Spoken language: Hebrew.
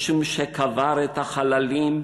משום שקבר את החללים,